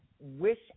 wish